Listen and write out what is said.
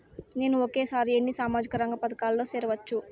నేను ఒకేసారి ఎన్ని సామాజిక రంగ పథకాలలో సేరవచ్చు?